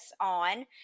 on